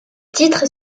titres